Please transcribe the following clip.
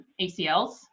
ACLs